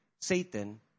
Satan